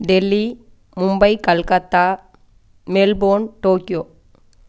Delhi Mumbai Calcutta Melbourne Tokyo